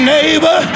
Neighbor